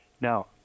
Now